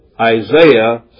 Isaiah